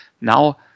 now